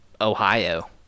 Ohio